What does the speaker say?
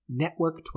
NETWORK12